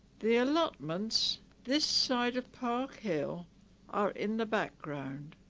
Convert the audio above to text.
the allotments this side of park hill are in the background